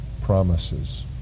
promises